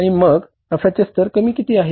आणि नफ्याचे स्तर किती आहे